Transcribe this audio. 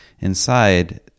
inside